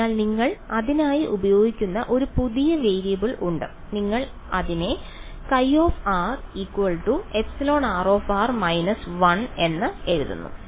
അതിനാൽ നിങ്ങൾ അതിനായി ഉപയോഗിക്കുന്ന ഒരു പുതിയ വേരിയബിൾ ഉണ്ട് നിങ്ങൾ അതിനെ χ εr − 1 ക്ഷമിക്കണം